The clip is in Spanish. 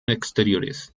exteriores